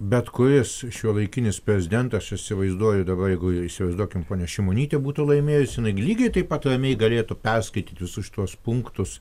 bet kuris šiuolaikinis prezidentas įsivaizduoju dabar jeigu įsivaizduokim ponia šimonytė būtų laimėjusi inai gi lygiai taip pat ramiai galėtų perskaityt visus šituos punktus